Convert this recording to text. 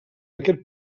aquest